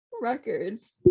records